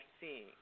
seeing